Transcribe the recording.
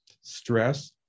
stress